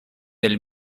del